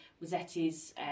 Rossetti's